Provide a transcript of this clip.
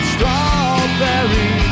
Strawberry